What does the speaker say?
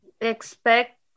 expect